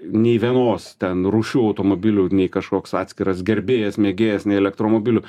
nei vienos ten rūšių automobilių nei kažkoks atskiras gerbėjas mėgėjas nei elektromobilių